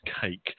cake